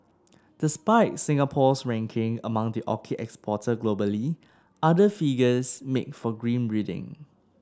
despite Singapore's ranking among the orchid exporters globally other figures make for grim reading